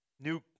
New